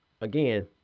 again